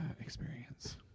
experience